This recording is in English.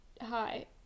Hi